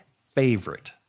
favorite